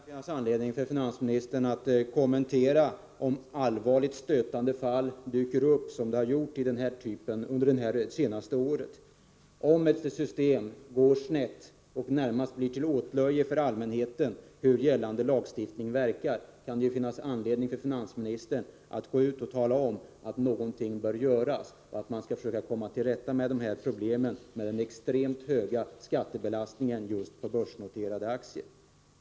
Herr talman! För det första kan det finnas anledning för finansministern att kommentera, om allvarligt stötande fall dyker upp som det har gjort det senaste året. Om ett system går snett, och om verkningarna av gällande lagstiftning närmast väcker åtlöje hos allmänheten, kan det ju finnas anledning för finansministern att gå ut och tala om att någonting bör göras och att man skall försöka komma till rätta med problemen med den extremt höga skattebelastningen på just börsnoterade aktier.